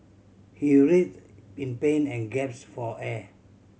he writhed in pain and gaps for air